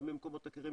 גם במקומות אחרים.